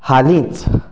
हालींच